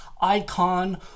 icon